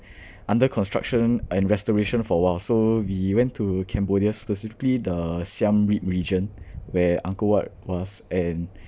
under construction and restoration for a while so we went to cambodia specifically the siem reap region where angkor wat was and